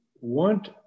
want